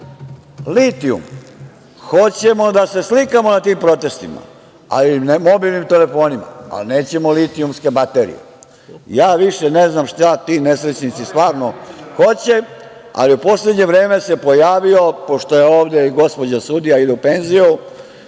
litijum. Hoćemo da se slikamo na tim protestima mobilnim telefonima, ali nećemo litijumske baterije. Više ne znam šta ti nesrećnici stvarno hoće, ali u poslednje vreme se pojavio, pošto je ovde i gospođa sudija, ide u penziju,